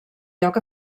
lloc